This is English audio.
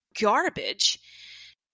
garbage